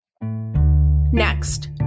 Next